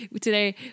today